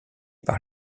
par